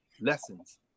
lessons